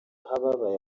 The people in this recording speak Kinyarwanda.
ababaye